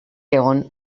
egon